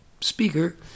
speaker